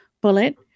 bullet